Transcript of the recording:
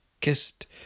kissed